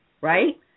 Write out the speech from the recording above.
right